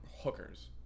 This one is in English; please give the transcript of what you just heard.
hookers